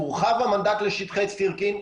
הורחב המנדט לשטחי סירקין,